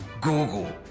Google